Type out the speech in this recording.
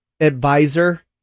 advisor